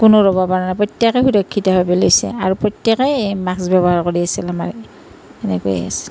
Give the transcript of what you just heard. কোনো ৰ'ব পৰা নাই প্ৰত্যেকেই সুৰক্ষিতভাৱে লৈছে আৰু প্ৰত্যেকেই মাস্ক ব্যৱহাৰ কৰি আছিল আমাৰ ইয়াত সেনেকৈয়ে আছিল